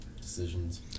decisions